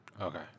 Okay